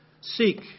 Seek